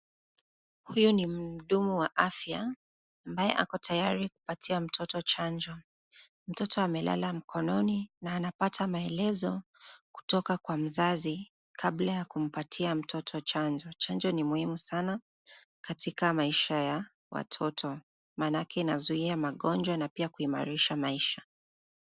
Huyu ni mhudumu wa afya ambaye ako tayari kupatia mtoto chanjo. Mtoto amelala mkononi na anapata maelezo kutoka kwa mzazi kabla ya kumpatia mtoto chanjo. Chanjo ni muhimu sana katika maisha ya watoto maanake inazuia magonjwa na pia kuimarisha maisha.